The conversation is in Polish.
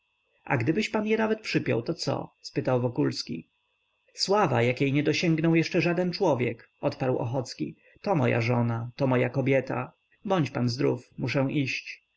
a gdybyś pan je nawet przypiął to co spytał wokulski sława jakiej nie dosięgnął jeszcze żaden człowiek odparł ochocki to moja żona to moja kobieta bądź pan zdrów muszę iść